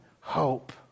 hope